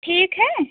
ठीक है